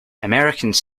americans